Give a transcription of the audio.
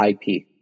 IP